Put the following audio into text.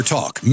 Talk